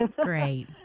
Great